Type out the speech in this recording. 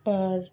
আর